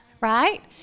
right